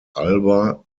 alba